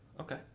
Okay